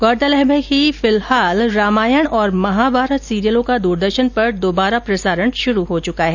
गौरतलब है कि फिलहाल रामायण और महाभारत सीरियलों का दूरदर्शन पर दुबारा प्रसारण शुरू हो चुका है